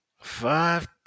Five